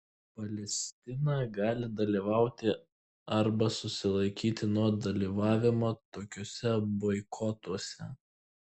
palestina gali dalyvauti arba susilaikyti nuo dalyvavimo tokiuose boikotuose